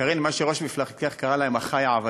קארין, מה שראש מפלגתך קרא להם: אחי העבדים,